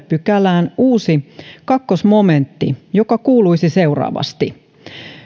pykälään uusi toinen momentti joka kuuluisi seuraavasti